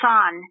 Son